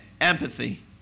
empathy